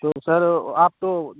तो सर आप तो